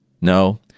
No